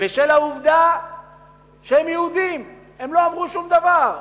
בשל העובדה שהם יהודים, הם לא אמרו שום דבר.